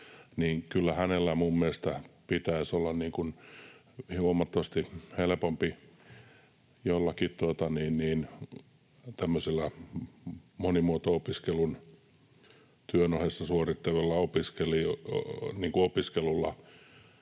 minun mielestäni pitäisi olla huomattavasti helpompi pätevöityä jollakin monimuoto-opiskelulla, työn ohessa suorittavalla opiskelulla